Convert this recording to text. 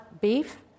beef